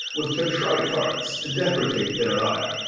with contrite hearts, to deprecate their ire.